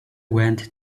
went